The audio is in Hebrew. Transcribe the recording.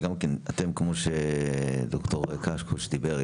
כמו שד"ר קשקוש אמר,